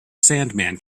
sandman